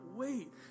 wait